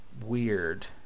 weird